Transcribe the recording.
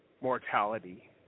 mortality